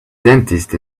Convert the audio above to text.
dentist